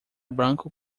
branco